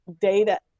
data